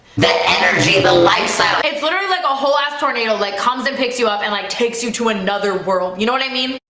the energy the lifestyle it's literally like a whole last tornado like comes and picks you up and like takes you to another world, you know what i mean?